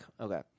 Okay